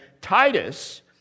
Titus